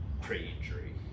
pre-injury